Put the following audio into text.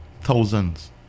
Thousands